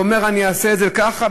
ואומר: אני אעשה את זה ככה,